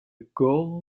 goal